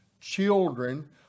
children